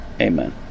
amen